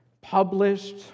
published